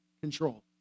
control